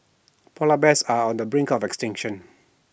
Polar Bears are on the brink of extinction